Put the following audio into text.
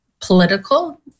political